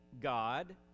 God